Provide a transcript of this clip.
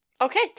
Okay